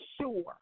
sure